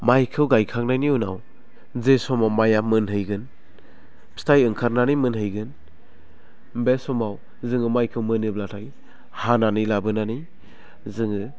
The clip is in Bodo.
माइखौ गायखांनायनि उनाव जि समाव माइया मोहैगोन फिथाइ ओंखारनानै मोनहैगोन बे समाव जोङो माइखौ मोनोब्लाथाय हानानै लाबोनानै जोङो